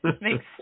Makes